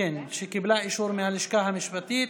וקיבלה אישור מהלשכה המשפטית,